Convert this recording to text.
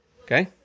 Okay